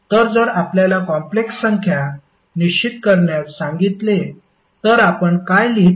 तर जर आपल्याला कॉम्प्लेक्स संख्या निश्चित करण्यास सांगितले तर आपण काय लिहिता